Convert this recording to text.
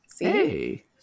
Hey